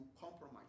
compromise